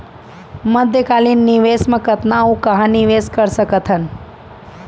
मध्यकालीन निवेश म कतना अऊ कहाँ निवेश कर सकत हन?